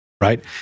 right